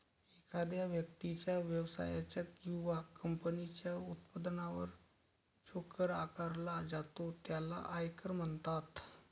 एखाद्या व्यक्तीच्या, व्यवसायाच्या किंवा कंपनीच्या उत्पन्नावर जो कर आकारला जातो त्याला आयकर म्हणतात